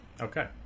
Okay